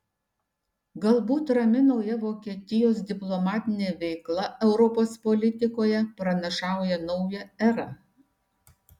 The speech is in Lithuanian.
galbūt rami nauja vokietijos diplomatinė veikla europos politikoje pranašauja naują erą